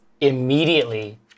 immediately